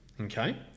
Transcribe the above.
Okay